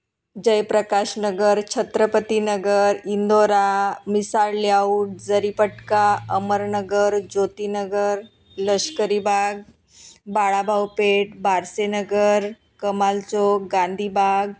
Jayaprakash Nagar Chhatrapati Nagar Indora Misal layout Jaripatka Amar Nagar Jyoti Nagar Lashkari Bagh Balabhau Peth Barse Nagar Kamal Chowk Gandhibagh